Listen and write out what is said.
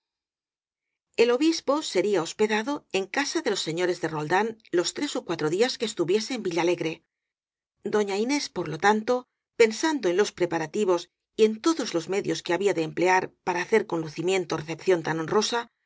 el obispo sería hospedado en casa de los seño res de roldán los tres ó cuatro días que estuviese en villalegre doña inés por lo tanto pensando en los preparativos y en todos los medios que había de emplear para hacer con lucimiento recepción tan honrosa